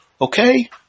Okay